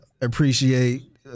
appreciate